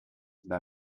bij